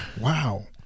Wow